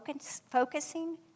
focusing